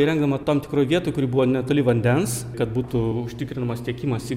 įrengdama tam tikroj vietoj kuri buvo netoli vandens kad būtų užtikrinamas tiekimas į